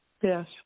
Yes